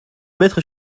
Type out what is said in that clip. mettre